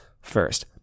first